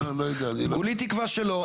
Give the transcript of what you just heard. כולי תקווה שלא.